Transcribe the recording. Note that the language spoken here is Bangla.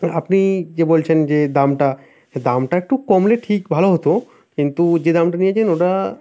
তো আপনি যে বলছেন যে দামটা দামটা একটু কমলে ঠিক ভালো হতো কিন্তু যে দামটা নিয়েছেন ওটা